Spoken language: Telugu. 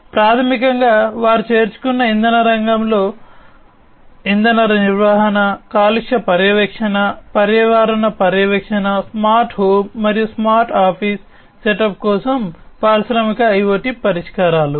కాబట్టి ప్రాథమికంగా వారు చేర్చుకున్న ఇంధన రంగంలో ఇంధన నిర్వహణ కాలుష్య పర్యవేక్షణ పర్యావరణ పర్యవేక్షణ స్మార్ట్ హోమ్ మరియు స్మార్ట్ ఆఫీస్ సెటప్ కోసం పారిశ్రామిక ఐయోటి పరిష్కారాలు